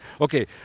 okay